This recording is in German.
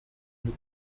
mit